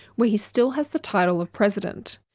where he still has the title of president.